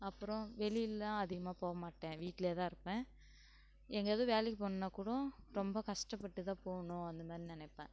அப்பறம் வெளியேலாம் அதிகமாக போக மாட்டேன் வீட்டிலேயே தான் இருப்பேன் எங்கேயாவது வேலைக்கு போகணுன்னா கூடம் ரொம்ப கஷ்டப்பட்டு தான் போகணும் அந்த மாதிரி நினைப்பேன்